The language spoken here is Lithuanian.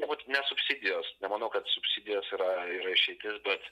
tai būtų ne subsidijos nemanau kad subsidijos yra yra išeitis bet